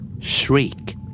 Shriek